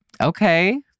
Okay